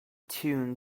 tune